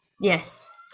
Yes